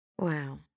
Wow